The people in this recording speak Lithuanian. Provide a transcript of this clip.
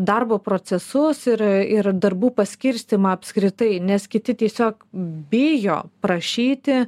darbo procesus ir darbų paskirstymą apskritai nes kiti tiesiog bijo prašyti